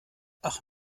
ach